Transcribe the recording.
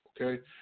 Okay